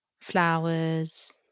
Flowers